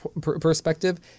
perspective